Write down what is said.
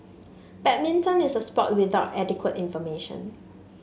badminton is a sport without adequate information